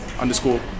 underscore